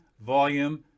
volume